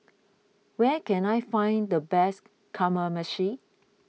where can I find the best Kamameshi